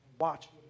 watch